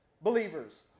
believers